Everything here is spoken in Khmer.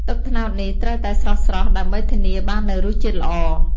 ទឹកត្នោតនេះត្រូវតែស្រស់ៗ ដើម្បីធានាបាននូវរសជាតិល្អ។